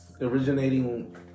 Originating